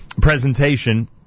presentation